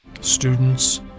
students